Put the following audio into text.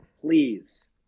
Please